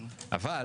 אבל